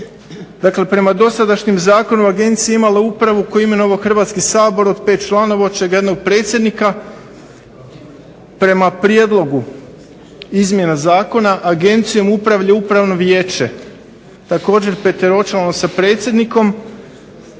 Dakle prema dosadašnjem Zakonu Agencija je imala upravu koju je imenovao Hrvatski sabor od 5 članova od čega jednog predsjednika, prema Prijedlogu izmjena Zakona Agencijom upravlja upravno vijeće, također peteročlano sa predsjednikom,